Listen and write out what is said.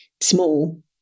small